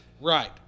Right